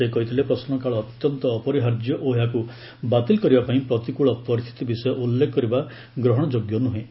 ସେ କହିଥିଲେ ପ୍ରଶ୍ରକାଳ ଅତ୍ୟନ୍ତ ଅପରିହାର୍ଯ୍ୟ ଓ ଏହାକୁ ବାତିଲ କରିବା ପାଇଁ ପ୍ରତିକୃଳ ପରିସ୍ଥିତି ବିଷୟ ଉଲ୍ଲେଖ କରିବା ଗ୍ରହଣଯୋଗ୍ୟ ନୁହେଁ